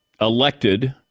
elected